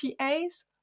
TAs